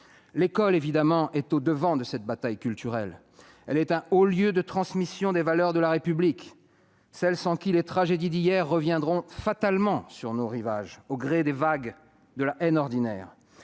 L'école est au-devant de cette bataille culturelle. Elle est un haut lieu de transmission des valeurs de la République, sans lesquelles les tragédies d'hier reviendront fatalement sur nos rivages, au gré des vagues de la haine ordinaire.